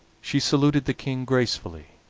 she saluted the king gracefully,